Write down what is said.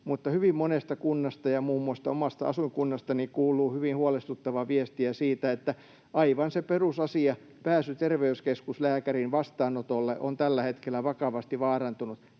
mutta hyvin monesta kunnasta ja muun muassa omasta asuinkunnastani kuuluu hyvin huolestuttavaa viestiä siitä, että aivan se perusasia, pääsy terveyskeskuslääkärin vastaanotolle, on tällä hetkellä vakavasti vaarantunut: